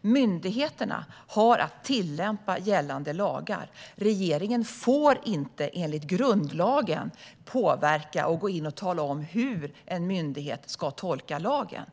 Myndigheterna har att tillämpa gällande lagar. Regeringen får inte, enligt grundlagen, påverka och gå in och tala om hur en myndighet ska tolka lagen.